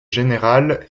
général